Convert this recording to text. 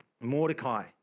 Mordecai